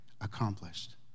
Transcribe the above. accomplished